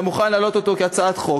אתה מוכן להעלות אותו כהצעת חוק?